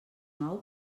nou